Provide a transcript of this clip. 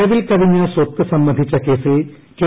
A വരവിൽ കവിഞ്ഞ സ്വത്ത് സംബന്ധിച്ച കേസിൽ കെ